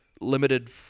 limited